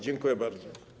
Dziękuję bardzo.